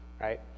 right